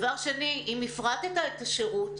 שנית, אם הפרטת את השירות,